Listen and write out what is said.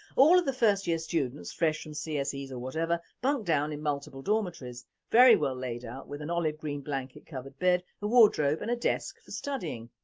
all of the first year students fresh from cseis or whatever, bunk down in multiple dormitories, very well laid out with a and olive green blanket covered bed, a wardrobe and a desk for studying.